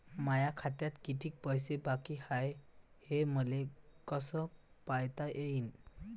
माया खात्यात किती पैसे बाकी हाय, हे मले कस पायता येईन?